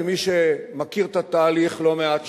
כמי שמכיר את התהליך לא מעט שנים,